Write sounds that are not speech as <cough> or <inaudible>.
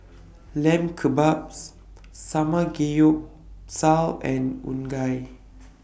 Lamb Kebabs <unintelligible> and Unagi